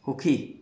সুখী